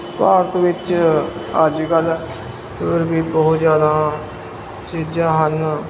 ਭਾਰਤ ਵਿੱਚ ਅੱਜ ਕੱਲ੍ਹ ਹੋਰ ਵੀ ਬਹੁਤ ਜ਼ਿਆਦਾ ਚੀਜ਼ਾਂ ਹਨ